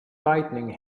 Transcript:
lightning